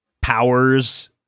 powers